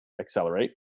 accelerate